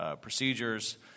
Procedures